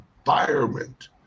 environment